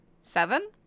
Seven